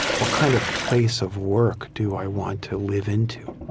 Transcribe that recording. what kind of place of work do i want to live into?